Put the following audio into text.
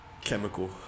Chemical